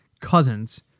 Cousins